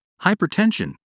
hypertension